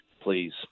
please